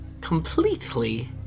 completely